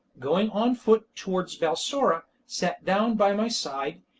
going on foot towards balsora, sat down by my side,